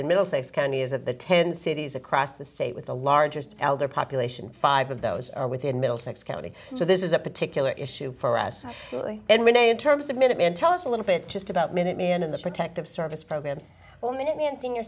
in middlesex county is that the ten cities across the state with the largest elder population five of those are within middlesex county so this is a particular issue for us and renee in terms of minuteman tell us a little bit just about minute man in the protective service programs all minuteman senior